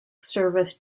service